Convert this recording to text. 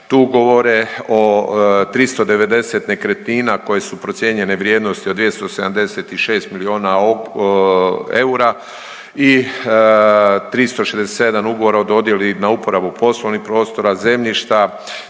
tu govore o 390 nekretnina koje su procijenjene vrijednosti od 276 miliona eura i 367 ugovora o dodjeli na uporabu poslovnih prostora, zemljišta,